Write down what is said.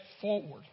forward